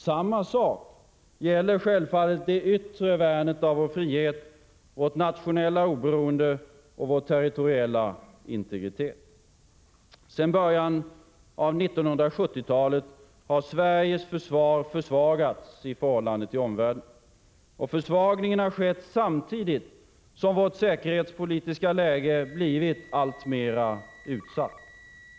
Samma sak gäller självfallet det yttre värnet av vår frihet, vårt nationella oberoende och vår territoriella integritet. Sedan början av 1970-talet har Sveriges försvar försvagats i förhållande till omvärlden. Och försvagningen har skett samtidigt som vårt säkerhetspolitiska läge blivit alltmer utsatt.